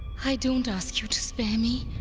i don't ask you to spare me.